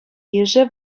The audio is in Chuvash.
йышӗ